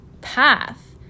path